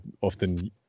often